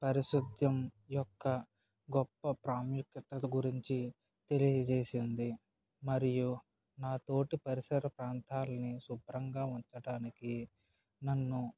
పారిశుధ్యం యొక్క గొప్ప ప్రాముఖ్యతల గురించి తెలియజేసింది మరియు నా తోటి పరిసర ప్రాంతాల్ని శుభ్రంగా ఉంచడానికి నన్ను